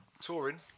touring